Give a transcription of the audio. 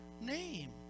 name